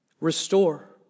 Restore